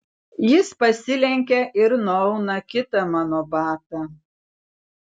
jis pasilenkia ir nuauna kitą mano batą